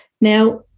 Now